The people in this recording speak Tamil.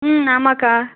ம் ஆமாக்கா